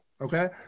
Okay